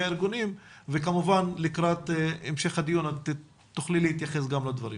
ארגונים וכמובן לקראת המשך הדיון תוכלי להתייחס גם לדברים.